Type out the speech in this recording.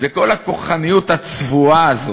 זה כל הכוחניות הצבועה הזאת,